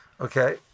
Okay